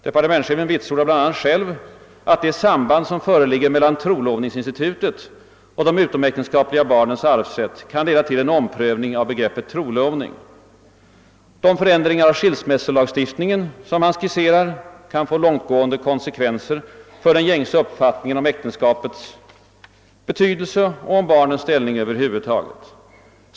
Departementschefen vitsordar bl.a. själv att det samhand som föreligger mellan trolovningsinstitutet och de utomäktenskapliga barnens arvsrätt kan leda till en omprövning av begreppet trolovning. De förändringar av skilsmässolagstiftningen som man skisserar kan få långtgående konsekvenser för den gängse uppfattningen om äktenskapets betydelse och om barnens ställning över huvud taget.